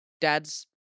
dad's